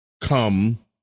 come